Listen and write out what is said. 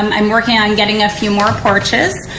i'm working on getting a few more porches.